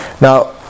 Now